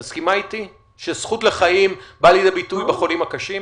את מסכימה אתי שזכות לחיים באה לידי ביטוי בחולים הקשים?